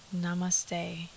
namaste